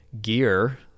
gear